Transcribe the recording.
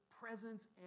presence